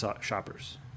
shoppers